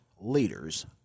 leaders